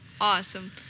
Awesome